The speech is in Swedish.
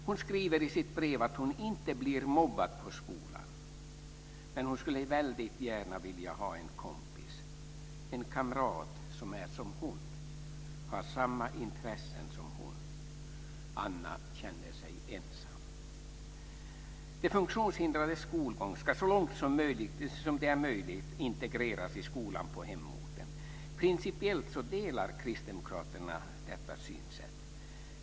Hon skriver i sitt brev att hon inte blir mobbad, men att hon väldigt gärna skulle vilja ha en kompis, en kamrat som är som hon och som har samma intressen. Anna känner sig ensam. De funktionshindrades skolgång ska så långt som det är möjligt integreras i skolan på hemorten. Principiellt delar kristdemokraterna detta synsätt.